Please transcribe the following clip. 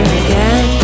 again